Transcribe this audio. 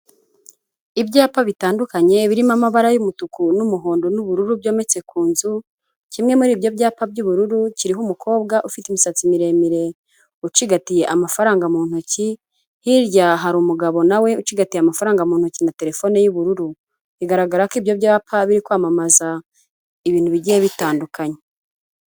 ibyapa bitandukanye birimo amabara y'umutuku n'umuhondo n'ubururu byometse ku nzu kimwe muri ibyo byapa by'ubururu kiriho umukobwa ufite imisatsi miremire ucigatiye amafaranga mu ntoki hirya harimu umugabo nawe ucigatita amafaranga mu ntoki na terefone y'ubururu bigaragara ko ibyo byapa biri kwamamaza ibintu bigiye bitandukanye.